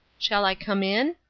shall i come in?